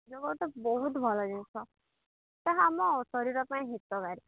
ଯୋଗ ତ ବହୁତ ଭଲ ଜିନିଷ ତାହା ଆମ ଶରୀର ପାଇଁ ହିତକାରୀ